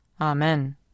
Amen